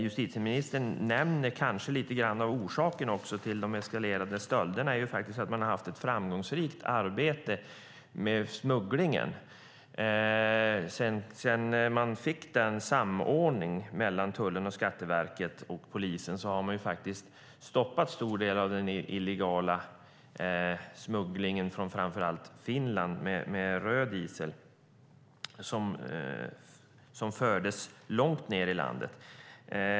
Justitieministern nämner beträffande de eskalerande stölderna lite grann om orsakerna till att man haft ett framgångsrikt arbete med smugglingen. Sedan det blev en samordning mellan tullen, Skatteverket och polisen har en stor del av den illegala smugglingen framför allt från Finland - röd diesel - stoppats. Dieseln fördes långt ned i landet.